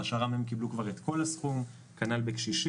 בשר"ם הן קיבלו כבר את כל הסכום וכנ"ל בקשישים.